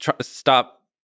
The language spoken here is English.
stop